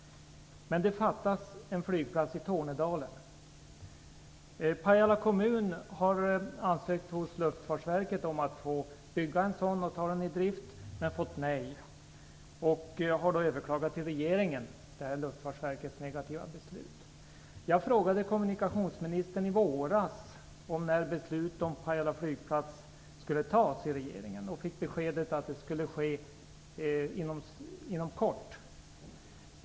Det fattas en flygplats i Tornedalen. Pajala kommun har ansökt hos Luftfartsverket om att få bygga en sådan och ta den i drift men har fått nej. Jag har överklagat Luftfartsverkets negativa beslut till regeringen. Jag frågade kommunikationsministern i våras när beslut om Pajala flygplats skulle tas i regeringen och fick beskedet att det skulle ske inom kort.